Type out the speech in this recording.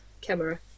Camera